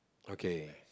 okay